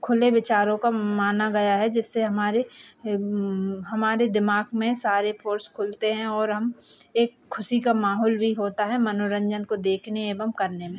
खुले विचारों का माना गया है जिससे हमारे हमारे दिमाग में सारे फ़ोर्स खुलते हैं और हम एक ख़ुशी का माहौल भी होता है मनोरन्जन को देखने एवं करने में